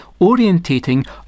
orientating